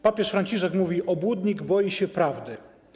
Papież Franciszek mówi: obłudnik boi się prawdy.